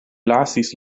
lasis